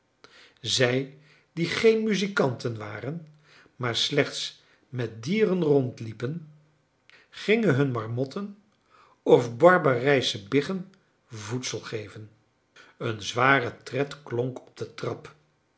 zij die geen muzikanten waren maar slechts met dieren rondliepen gingen hun marmotten of barbarijschen biggen voedsel geven een zware tred klonk op de trap